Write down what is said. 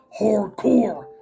hardcore